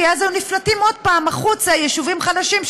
כי אז היו נפלטים עוד פעם החוצה יישובים חלשים,